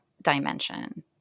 Dimension